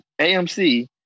AMC